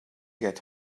get